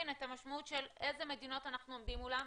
את המשמעות של איזה מדינות אנחנו עומדים מולן.